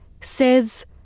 says